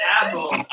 apples